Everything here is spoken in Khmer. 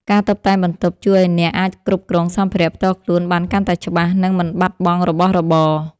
ការតុបតែងបន្ទប់ជួយឱ្យអ្នកអាចគ្រប់គ្រងសម្ភារៈផ្ទាល់ខ្លួនបានកាន់តែច្បាស់ និងមិនបាត់បង់របស់របរ។